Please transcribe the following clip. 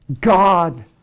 God